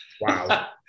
Wow